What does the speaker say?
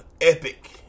epic